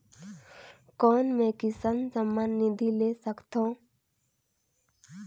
कौन मै किसान सम्मान निधि ले सकथौं?